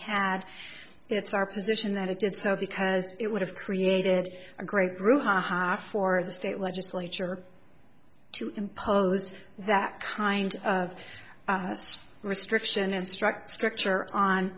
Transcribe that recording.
had it's our position that it did so because it would have created a great group for the state legislature to impose that kind of restriction instruct structure on